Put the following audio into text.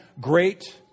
great